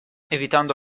evitando